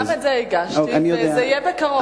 גם את זה הגשתי, וזה יהיה בקרוב.